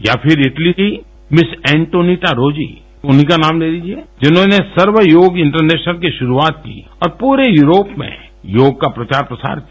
या फिर इटली की मिस एंटोनिटा रोजी उन्हीं का नाम ले लीजिए जिन्होंने सर्व योग इंटरनेशनल की शुरूआत की और पूरे यूरोप में योग का प्रचार प्रसार किया